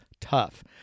tough